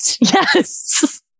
Yes